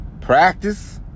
practice